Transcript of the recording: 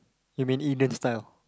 you may eat Indian style